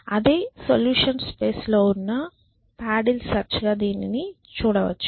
అదే సొల్యూషన్ స్పేస్లో ఉన్న పాడిల్ సెర్చ్ గా దీనిని చూడవచ్చు